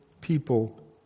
people